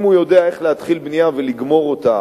אם הוא יודע איך להתחיל בנייה ולגמור אותה